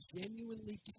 genuinely